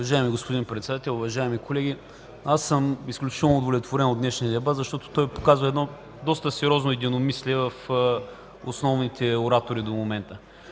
Уважаеми господин Председател, уважаеми колеги! Аз съм изключително удовлетворен от днешния дебат, защото той показва едно доста сериозно единомислие в основните оратори до момента.